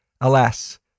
Alas